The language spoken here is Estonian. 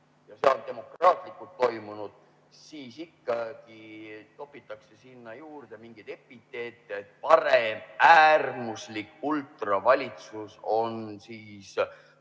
ja seal on kõik demokraatlikult toimunud, siis ikkagi topitakse sinna juurde mingeid epiteete, näiteks et paremäärmuslik ultravalitsus on